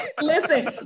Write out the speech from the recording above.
Listen